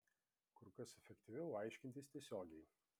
kur kas efektyviau aiškintis tiesiogiai